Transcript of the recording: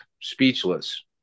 speechless